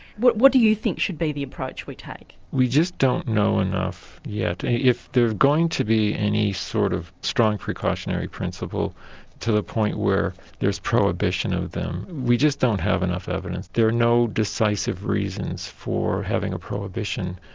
what what do you think should be the approach we take? we just don't know enough yet. if there's going to be any sort of strong precautionary principle to the point where there's prohibition of them, we just don't have enough evidence. there are no decisive reasons for having a prohibition,